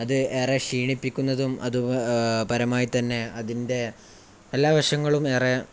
അത് ഏറെ ക്ഷീണിപ്പിക്കുന്നതും അതു പരമായി തന്നെ അതിൻ്റെ എല്ലാ വശങ്ങളും ഏറെ